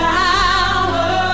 power